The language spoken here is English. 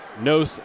no